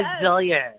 resilient